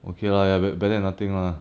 okay lah ya bet~ better than nothing lah